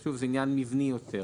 זה עניין מבני יותר.